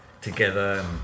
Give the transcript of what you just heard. together